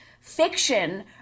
fiction